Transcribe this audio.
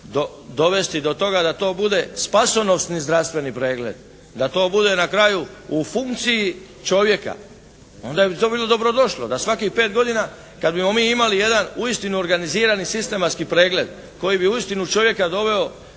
dovesti do toga da to bude spasonosni zdravstveni pregled, da to bude na kraju u funkciji čovjeka. Onda bi to bilo dobro došlo da svakih 5 godina kad bi mi imali jedan uistinu organizirani sistematski pregled koji bi uistinu čovjeka doveo,